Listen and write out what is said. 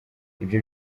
ibyo